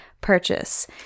purchase